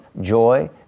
joy